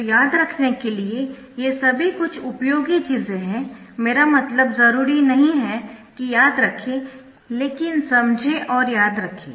तो याद रखने के लिए ये सभी कुछ उपयोगी चीजें है मेरा मतलब जरूरी नहीं है कि याद रखें लेकिन समझें और याद रखें